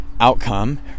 outcome